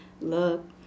look